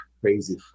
crazy